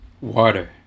Water